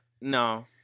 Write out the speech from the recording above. No